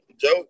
Joe